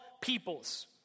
peoples